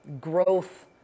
growth